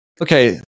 okay